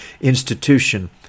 institution